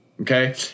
Okay